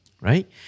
Right